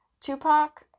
Tupac